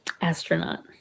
Astronaut